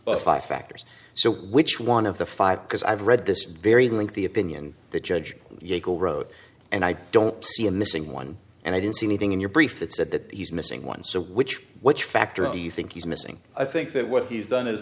weighed five factors so which one of the five because i've read this very lengthy opinion the judge will wrote and i don't see a missing one and i didn't see anything in your brief that said that he's missing one so which which factors do you think he's missing i think that what he's done i